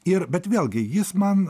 ir bet vėlgi jis man